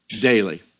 daily